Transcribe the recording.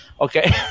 Okay